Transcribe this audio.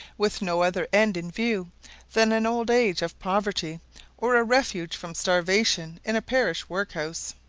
with no other end in view than an old age of poverty or a refuge from starvation in a parish workhouse.